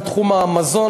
בתחום המזון,